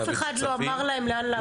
אף אחד לא אמר להם לאן להעביר את הכספים?